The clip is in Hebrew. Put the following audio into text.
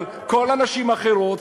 אבל כל הנשים האחרות,